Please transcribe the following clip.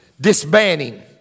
disbanding